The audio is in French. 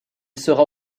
sera